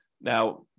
now